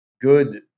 good